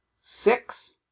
six